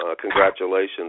congratulations